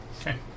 Okay